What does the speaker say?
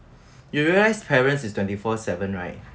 you realise parents is twenty four seven right